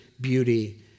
beauty